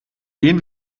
gehen